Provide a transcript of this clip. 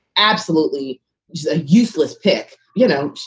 absolutely. just a useless pick, you know.